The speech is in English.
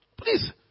please